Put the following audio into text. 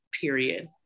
period